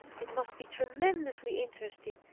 it must be tremendously interesting.